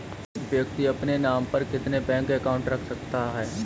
एक व्यक्ति अपने नाम पर कितने बैंक अकाउंट रख सकता है?